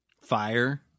fire